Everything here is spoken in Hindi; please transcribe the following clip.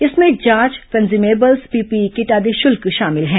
इसमें जांच कन्जुमेबल्स पीपीई किट आदि शुल्क शामिल है